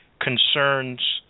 concerns